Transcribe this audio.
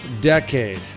decade